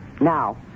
Now